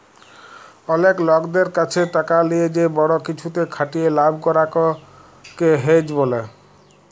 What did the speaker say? অলেক লকদের ক্যাছে টাকা লিয়ে যে বড় কিছুতে খাটিয়ে লাভ করাক কে হেজ ব্যলে